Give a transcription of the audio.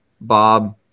Bob